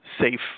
safe